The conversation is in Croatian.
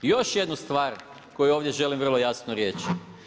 I još jednu stvar koju ovdje želim vrlo jasno reći.